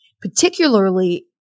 Particularly